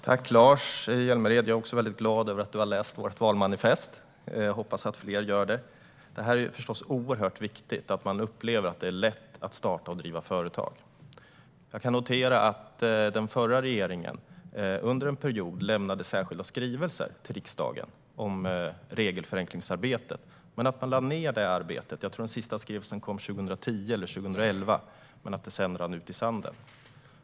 Herr talman! Tack, Lars Hjälmered. Jag är också väldigt glad över att du har läst vårt valmanifest. Jag hoppas att fler gör det. Det är förstås oerhört viktigt att man upplever att det är lätt att starta och driva företag. Jag kan notera att den förra regeringen under en period lämnade särskilda skrivelser till riksdagen om regelförenklingsarbetet men att man lade ned det arbetet. Jag tror att den sista skrivelsen kom 2010 eller 2011 och att det sedan rann ut i sanden.